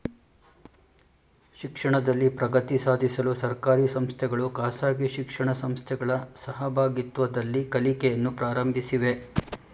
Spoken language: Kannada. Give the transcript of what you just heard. ಶಿಕ್ಷಣದಲ್ಲಿ ಪ್ರಗತಿ ಸಾಧಿಸಲು ಸರ್ಕಾರಿ ಸಂಸ್ಥೆಗಳು ಖಾಸಗಿ ಶಿಕ್ಷಣ ಸಂಸ್ಥೆಗಳ ಸಹಭಾಗಿತ್ವದಲ್ಲಿ ಕಲಿಕೆಯನ್ನು ಪ್ರಾರಂಭಿಸಿವೆ